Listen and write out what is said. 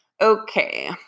Okay